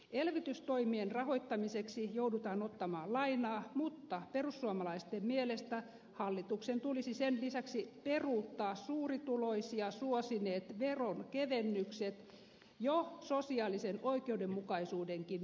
elvytystoimien rahoittamiseksi joudutaan ottamaan lainaa mutta perussuomalaisten mielestä hallituksen tulisi sen lisäksi peruuttaa suurituloisia suosineet veronkevennykset jo sosiaalisen oikeudenmukaisuudenkin nimissä